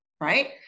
right